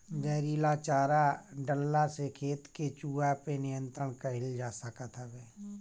जहरीला चारा डलला से खेत के चूहा पे नियंत्रण कईल जा सकत हवे